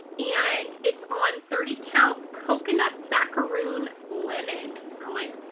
and it's on thirty count coconut macaroon linen. i'm like,